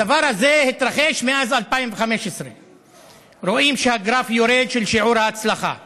הדבר הזה מתרחש מאז 2015. רואים שהגרף של שיעור ההצלחה יורד.